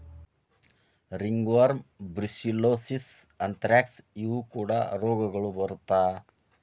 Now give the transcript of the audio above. ringworm, brucellosis, anthrax ಇವು ಕೂಡಾ ರೋಗಗಳು ಬರತಾ